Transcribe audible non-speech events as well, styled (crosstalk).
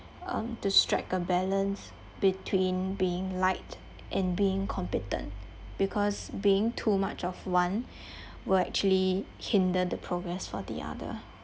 um to strike a balance between being liked and being competent because being too much of one (breath) will actually hinder the progress for the other